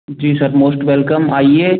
जी sir most welcome आइए